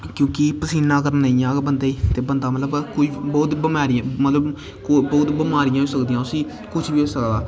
क्योंकि पसीना अगर नेईं आग बंदे गी ते बंदा मतलब कोई बोह्त बमारियें मतलब बोह्त बमारियां होई सकदियां उस्सी कुछ बी होई सकदा